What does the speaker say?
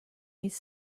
these